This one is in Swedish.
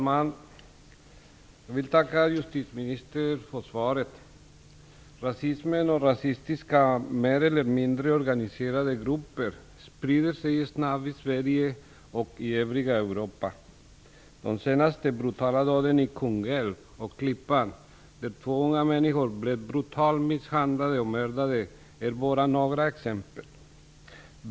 Herr talman! Jag vill tacka justitieministern för svaret. Rasismen och rasistiska mer eller mindre organiserade grupper sprider sig snabbt i Sverige och i övriga Europa. De senaste brutala dåden i Kungälv och Klippan, där två unga människor blev brutalt misshandlade och mördade, är bara några exempel.